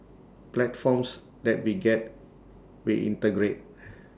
platforms that we get we integrate